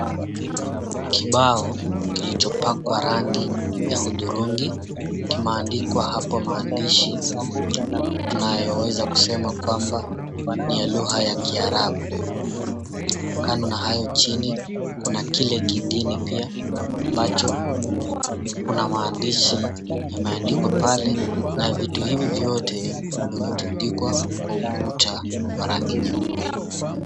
Kibao kilichopakwa rangi ya hudhurungi kimeandikwa hapo maandishi tunayoweza kusema kwamba ni ya lugha ya kiarabu. Kando na hayo chini, kuna kile kingine pia ambacho kuna maandishi yameandikwa pale, na vitu hivi vyote vimetundikwa kwa ukuta wa rangi nyeupe.